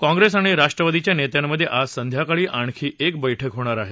काँग्रेस आणि राष्ट्रवादीच्या नेत्यांमध्ये आज संध्याकाळी आणखी एक बैठक होणार आहे